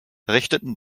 richteten